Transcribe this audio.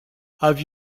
have